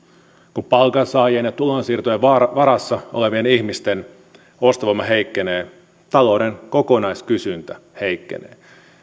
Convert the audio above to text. kun palkansaajien ja tulonsiirtojen varassa varassa olevien ihmisten ostovoima heikkenee talouden kokonaiskysyntä heikkenee